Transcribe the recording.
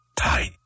tight